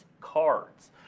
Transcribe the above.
cards